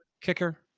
kicker